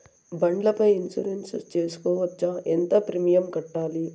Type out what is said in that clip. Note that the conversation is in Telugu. బండ్ల పై ఇన్సూరెన్సు సేసుకోవచ్చా? ఎంత ప్రీమియం కట్టాలి?